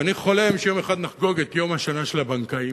ואני חולם שיום אחד נחגוג את יום השנה של הבנקאים,